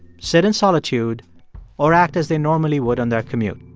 sit in solitude or act as they normally would on their commute.